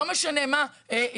לא משנה מה,